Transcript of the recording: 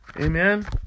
Amen